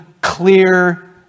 clear